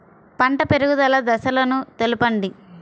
పంట పెరుగుదల దశలను తెలపండి?